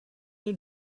new